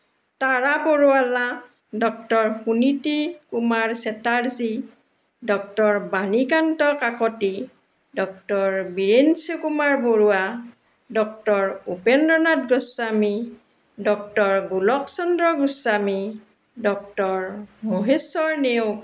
তাৰা পৰোৱালা doctor Suniti Kumar Chatterjee doctor Bani Kanta Kakati doctor Birinchi Kumar Barua doctor Upendranath Goswami doctor Golok Chandra Goswami doctor Maheswar Neog